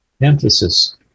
Emphasis